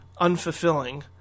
unfulfilling